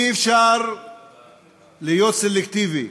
אי-אפשר להיות סלקטיבי,